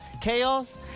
Chaos